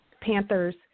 panthers